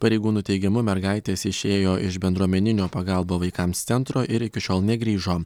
pareigūnų teigimu mergaitės išėjo iš bendruomeninio pagalba vaikams centro ir iki šiol negrįžo